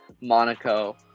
Monaco